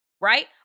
right